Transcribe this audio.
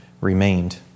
remained